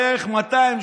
בערך 200,